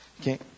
Okay